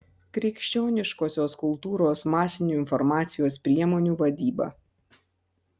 krikščioniškosios kultūros masinių informacijos priemonių vadyba